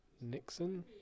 Nixon